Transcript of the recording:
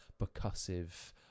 percussive